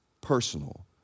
personal